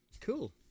cool